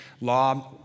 law